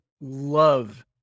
love